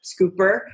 scooper